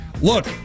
Look